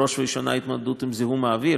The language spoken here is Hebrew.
בראש ובראשונה התמודדות עם זיהום האוויר,